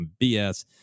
BS